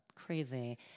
Crazy